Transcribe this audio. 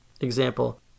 Example